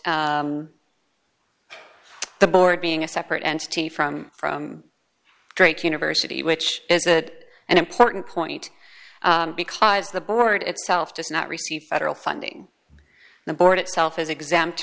the board being a separate entity from from drake university which is that an important point because the board itself does not receive federal funding the board itself is exempt